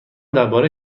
درباره